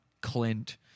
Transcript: Clint